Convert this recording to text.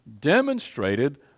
demonstrated